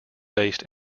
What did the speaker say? based